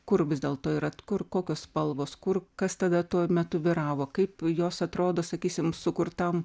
kur vis dėlto yra kur kokios spalvos kur kas tada tuo metu vyravo kaip jos atrodo sakysim sukurtam